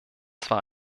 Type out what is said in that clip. zwar